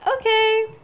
okay